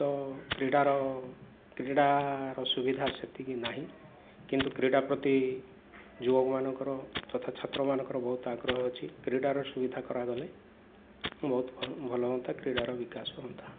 ତ କ୍ରୀଡ଼ାର କ୍ରୀଡ଼ାର ସୁବିଧା ସେତିକି ନାହିଁ କିନ୍ତୁ କ୍ରୀଡ଼ା ପ୍ରତି ଯୁବକମାନଙ୍କର ତଥା ଛାତ୍ରମାନଙ୍କର ବହୁତ ଆଗ୍ରହ ଅଛି କ୍ରୀଡ଼ାର ସୁବିଧା କରାଗଲେ ବହୁତ ଭଲ ହୁଅନ୍ତା କ୍ରୀଡ଼ାର ବିକାଶ ହୁଅନ୍ତା